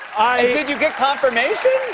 did you get confirmation?